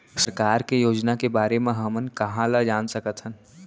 सरकार के योजना के बारे म हमन कहाँ ल जान सकथन?